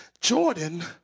Jordan